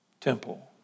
temple